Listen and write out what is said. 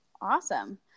Awesome